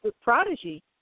prodigy